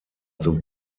sowie